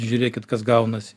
žiūrėkit kas gaunas